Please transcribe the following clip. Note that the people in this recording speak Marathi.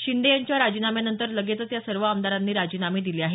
शिंदे यांच्या राजीनाम्यानंतर लगेचच या सर्व आमदारांनी राजीनामे दिले आहेत